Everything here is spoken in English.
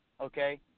Okay